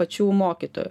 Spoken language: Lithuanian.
pačių mokytojų